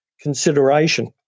consideration